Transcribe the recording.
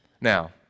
Now